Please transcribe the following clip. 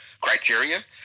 criteria